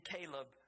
Caleb